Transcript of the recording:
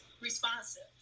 responsive